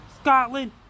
scotland